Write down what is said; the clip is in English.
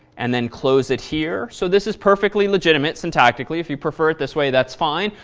and then close it here. so this is perfectly legitimate, syntactically. if you prefer it this way, that's fine,